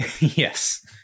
Yes